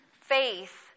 faith